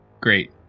great